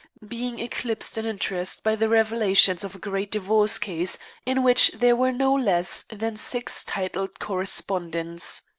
being eclipsed in interest by the revelations of a great divorce case in which there were no less than six titled co-respondents.